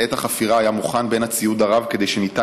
ואת החפירה היה מוכן בציוד הרב כדי שיהיה